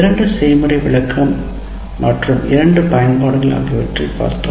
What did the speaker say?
இரண்டு செய்முறை விளக்கம் மற்றும் இரண்டு பயன்பாடுகள் ஆகிவற்றை பார்த்தோம்